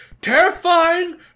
terrifying